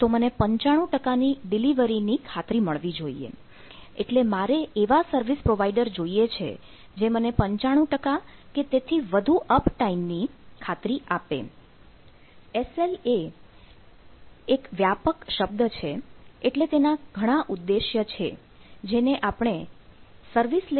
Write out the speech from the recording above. જો મારે 95 uptime ની ખાતરી આપે